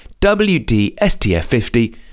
WDSTF50